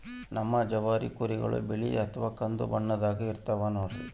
ನಮ್ ಜವಾರಿ ಕುರಿಗಳು ಬಿಳಿ ಅಥವಾ ಕಂದು ಬಣ್ಣದಾಗ ಇರ್ತವ ನೋಡ್ರಿ